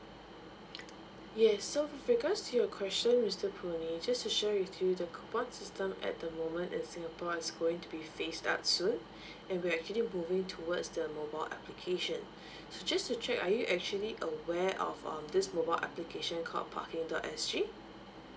yes so with regards to your question mister puh nee just to share with you the coupon system at the moment in singapore is going to be phased out soon and we're actually moving towards the mobile application so just to check are you actually aware of um this mobile application called parking dot S G